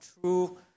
true